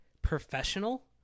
professional